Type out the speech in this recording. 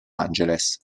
angeles